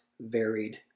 varied